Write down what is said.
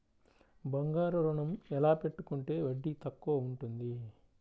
బంగారు ఋణం ఎలా పెట్టుకుంటే వడ్డీ తక్కువ ఉంటుంది?